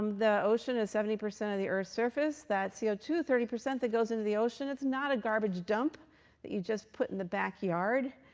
the ocean is seventy percent of the earth's surface. that c o two, thirty percent that goes into the ocean, it's not a garbage dump that you just put in the backyard.